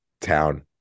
town